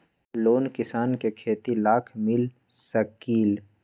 Loan किसान के खेती लाख मिल सकील?